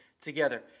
together